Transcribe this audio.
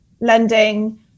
lending